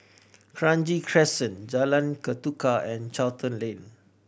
Kranji Crescent Jalan Ketuka and Charlton Lane